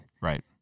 Right